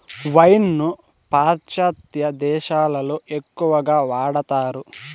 wine ను పాశ్చాత్య దేశాలలో ఎక్కువగా వాడతారు